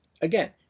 Again